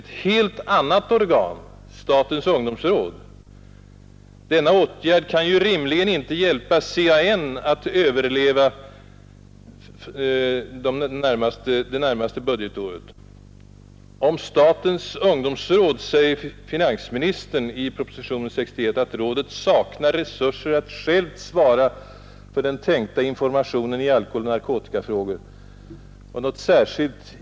Men dessa går ju till statens ungdomsråd! Denna åtgärd kan ju då rimligen inte hjälpa CAN att ”överleva” under det närmaste budgetåret. Om statens ungdomsråd säger visserligen finansministern i propositionen 61 att rådet saknar resurser att självt svara för den tänkta informationen i alkoholoch narkotikafrågor.